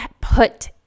put